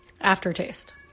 aftertaste